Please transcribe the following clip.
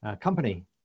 company